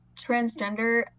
transgender